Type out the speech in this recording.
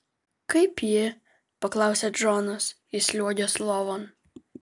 kaip ji paklausė džonas įsliuogęs lovon